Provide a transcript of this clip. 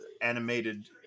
animated